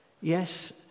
Yes